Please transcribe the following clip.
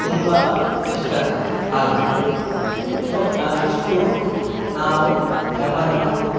ತುಂಬ ಇಷ್ಟ ಆಗುತ್ತೆ ಸೊ ನಾನಿಷ್ಟು ನಾವು ಕೆಮರ ಮತ್ತು